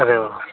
अरे वा